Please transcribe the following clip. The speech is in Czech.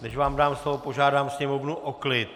Než vám dám slovo, požádám sněmovnu o klid!